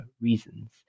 reasons